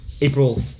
April